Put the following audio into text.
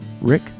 Rick